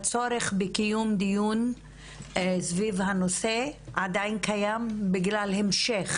הצורך בקיום דיון סביב הנושא עדיין קיים בגלל המשך